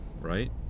right